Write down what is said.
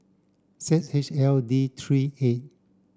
Z H L D three eight